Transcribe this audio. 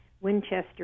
Winchester